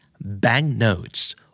banknotes